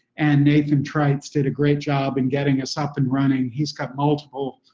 and nathan treitz did a great job in getting us up and running. he's got multiple